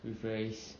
rephrase